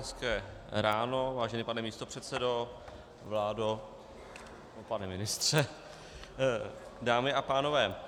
Hezké ráno, vážený pane místopředsedo, vládo, pane ministře, dámy a pánové.